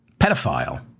pedophile